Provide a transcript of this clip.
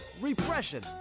repression